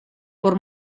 por